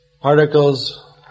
particles